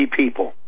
people